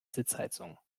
sitzheizung